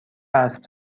اسب